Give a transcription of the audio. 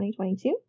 2022